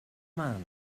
man